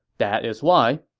that is why.